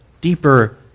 deeper